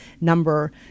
number